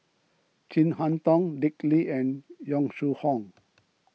Chin Harn Tong Dick Lee and Yong Shu Hoong